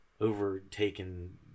overtaken